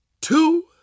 two